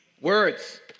Words